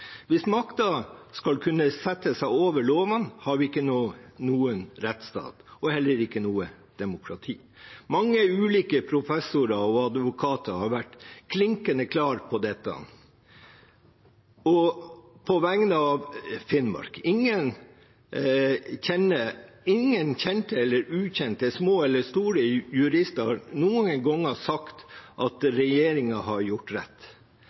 Hvis makten skal kunne sette seg over lovene, har vi ikke noen rettsstat og heller ikke noe demokrati. Mange ulike professorer og advokater har vært klinkende klare på dette, også på vegne av Finnmark. Ingen kjente eller ukjente, små eller store jurister har noen gang sagt at regjeringen har gjort rett.